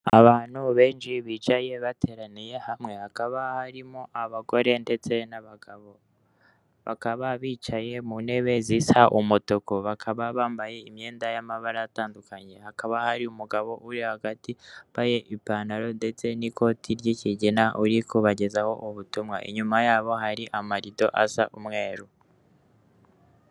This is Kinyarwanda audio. Abantu benshi bicaye bateraniye hamwe, hakaba harimo abagore ndetse n'abagabo, bakaba bicaye mu ntebe zisa umutuku, bakaba bambaye imyenda y'amabara atandukanye, hakaba hari umugabo uri hagati wambaye ipantaro ndetse n'ikoti ry'ikigina uri kubagezaho ubutumwa, inyuma yabo hari amarido asa umweru.